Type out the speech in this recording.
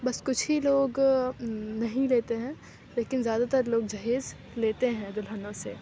بس کچھ ہی لوگ نہیں لیتے ہیں لیکن زیادہ تر لوگ جہیز لیتے ہیں دُلہنوں سے